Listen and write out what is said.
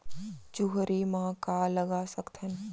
चुहरी म का लगा सकथन?